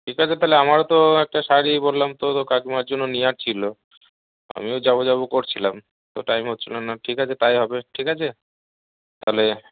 ঠিক আছে তাহলে আমারও তো একটা শাড়ি বললাম তো তোর কাকিমার জন্য নেওয়ার ছিলো আমিও যাবো যাবো করছিলাম তো টাইম হচ্ছিলো না ঠিক আছে তাই হবে ঠিক আছে তাহলে